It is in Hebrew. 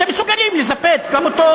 אתם מסוגלים לזפת גם את זה,